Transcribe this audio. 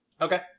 Okay